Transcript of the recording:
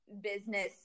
business